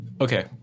Okay